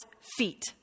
feet